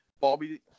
Bobby